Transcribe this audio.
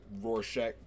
rorschach